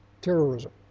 terrorism